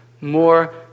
more